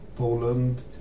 Poland